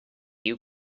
you